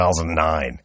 2009